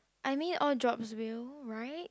I mean all jobs will right